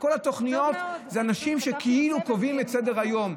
כל התוכניות אלה אנשים שכאילו קובעים את סדר-היום.